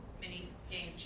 mini-game